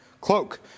cloak